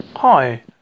Hi